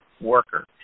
worker